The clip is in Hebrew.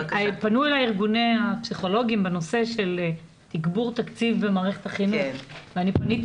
פנו אלי ארגוני הפסיכולוגים בנושא של תגבור תקציב במערכת החינוך ופניתי